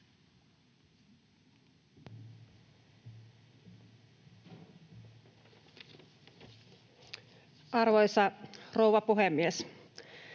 Arvoisa rouva puhemies!